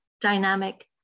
dynamic